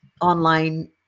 online